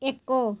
ଏକ